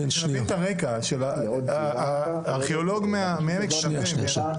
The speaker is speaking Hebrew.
שנבין את הרקע של הארכיאולוג מ'עמק שווה'.